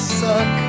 suck